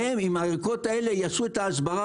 והם עם הערכות האלה יעשו את ההסברה